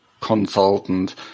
consultant